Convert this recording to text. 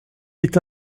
est